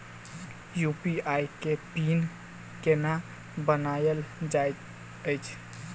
UPI केँ pin केना बनायल जाइत अछि